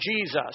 Jesus